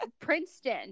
Princeton